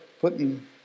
putting